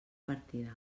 partida